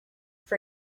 for